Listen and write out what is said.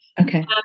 Okay